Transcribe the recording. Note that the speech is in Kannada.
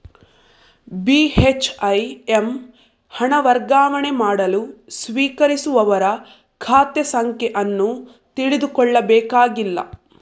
ಬಿ.ಹೆಚ್.ಐ.ಎಮ್ ಹಣ ವರ್ಗಾವಣೆ ಮಾಡಲು ಸ್ವೀಕರಿಸುವವರ ಖಾತೆ ಸಂಖ್ಯೆ ಅನ್ನು ತಿಳಿದುಕೊಳ್ಳಬೇಕಾಗಿಲ್ಲ